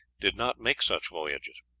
did not make such voyages.